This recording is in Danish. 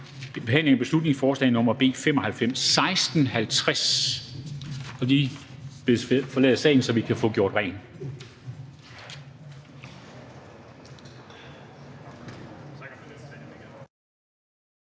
behandlingen af beslutningsforslag nr. B 95. I bedes forlade salen, så vi kan få gjort rent.